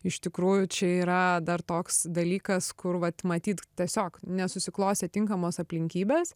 iš tikrųjų čia yra dar toks dalykas kur vat matyt tiesiog nesusiklostė tinkamos aplinkybės